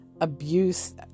abuse